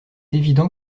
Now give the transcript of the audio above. évident